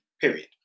period